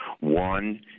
One